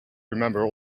remember